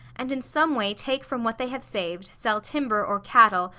and in some way take from what they have saved, sell timber or cattle,